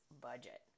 budget